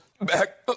back